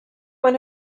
one